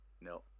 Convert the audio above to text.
No